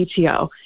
PTO